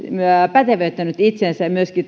pätevöittänyt itsensä myöskin